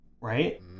Right